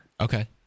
Okay